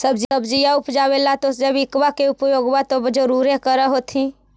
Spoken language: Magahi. सब्जिया उपजाबे ला तो जैबिकबा के उपयोग्बा तो जरुरे कर होथिं?